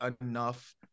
enough –